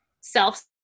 self